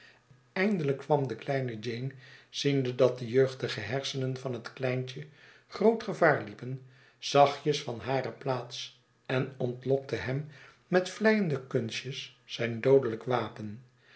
eindelijk kwam de kleine jeane ziende dat de jeugdige hersenen van het kleintje grootgevaar liepen zachtjes van hare plaats en ontlokte hem met vleiende kunstjeszijn doodelijk wapen